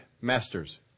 masters